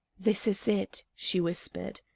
this is it she whispered.